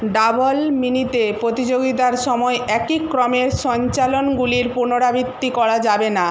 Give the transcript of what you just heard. double মিনিতে প্রতিযোগিতার সময় একই ক্রমের সঞ্চালনগুলির পুনরাবৃত্তি করা যাবে না